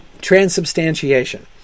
Transubstantiation